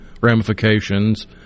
ramifications